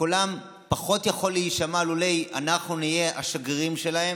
שקולם פחות יכול להישמע לולא אנחנו נהיה השגרירים שלהם,